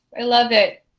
i love it.